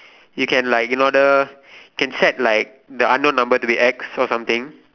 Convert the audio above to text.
you can like in order can set like the unknown number to be X or something